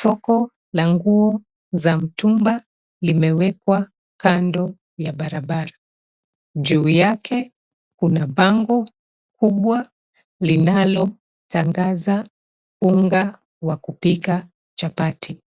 Soko la nguo za mtumba limewekwa kando ya barabara. Juu yake kuna bango kubwa linalotangaza unga wa kupika chapati.